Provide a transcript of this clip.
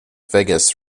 vegas